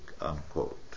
Unquote